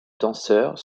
danseurs